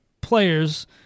players